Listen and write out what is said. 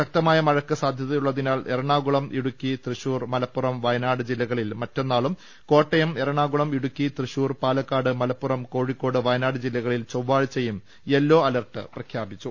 ശക്തമായ മഴക്ക് സാധ്യതയുള്ളതിനാൽ എറണാകുളം ഇടുക്കി തൃശൂർ മലപ്പുറം വയനാട് ജില്ലകളിൽ മറ്റന്നാളും കോട്ടയം എറണാകുളം ഇടു ക്കി തൃശൂർ പാലക്കാട് മലപ്പുറം കോഴിക്കോട് വയനാട് ജില്ലക ളിൽ ചൊവ്വാഴ്ചയും യെല്ലോ അലർട്ട് പ്രഖ്യാപിച്ചു